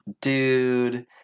dude